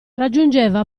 raggiungeva